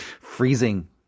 Freezing